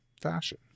fashion